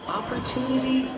opportunity